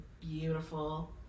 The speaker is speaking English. beautiful